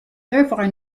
therefore